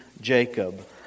Jacob